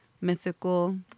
mythical